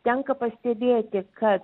tenka pastebėti kad